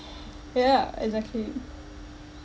yeah exactly